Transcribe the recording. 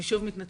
אני שוב מתנצלת.